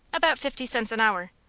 about fifty cents an hour.